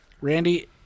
Randy